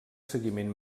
seguiment